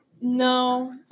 No